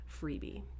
freebie